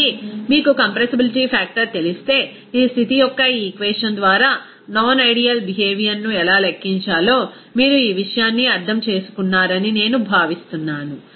కాబట్టి మీకు compressibility factor తెలిస్తే ఈ స్థితి యొక్క ఈక్వేషన్ ద్వారా నాన్ ఐడీఎల్ బిహేవియర్ ను ఎలా లెక్కించాలో మీరు ఈ విషయాన్ని అర్థం చేసుకున్నారని నేను భావిస్తున్నాను